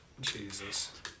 Jesus